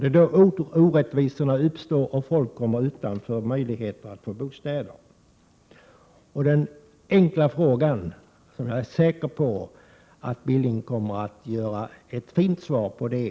Då uppstår orättvisor, och människors möjligheter att få bostäder försämras. Jag vill ställa en enkel fråga till Knut Billing, och jag är säker på att han kommer att ge ett fint svar på den.